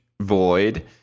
void